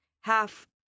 half